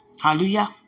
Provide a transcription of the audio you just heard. Hallelujah